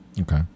Okay